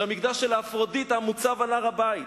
שהמקדש של אפרודיטה מוצב על הר-הבית,